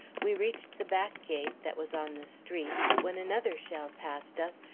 we reached the back gate, that was on the street, when another shell passed us,